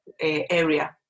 area